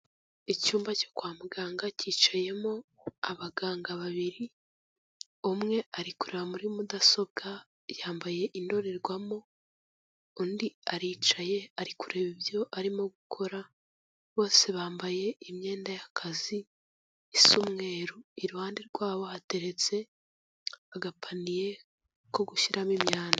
Icyumba cyo kwa muganga cyicayemo abaganga babiri, umwe ari kureba muri mudasobwa yambaye indorerwamo, undi aricaye ari kureba ibyo arimo gukora, bose bambaye imyenda y'akazi isa umweru, iruhande rwabo hateretse agapaniye ko gushyiramo imyanda.